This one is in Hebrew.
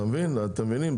אתם מבינים?